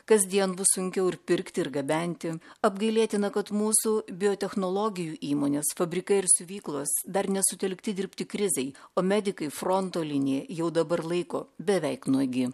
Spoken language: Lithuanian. kasdien bus sunkiau ir pirkti ir gabenti apgailėtina kad mūsų biotechnologijų įmonės fabrikai ir siuvyklos dar nesutelkti dirbti krizei o medikai fronto liniją jau dabar laiko beveik nuogi